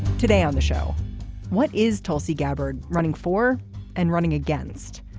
today on the show what is tulsi gabbard running for and running against.